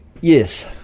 Yes